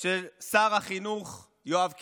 של שר החינוך יואב קיש?